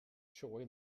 choi